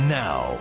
now